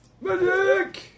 Magic